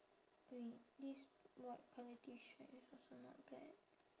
wait this white colour T shirt is also not bad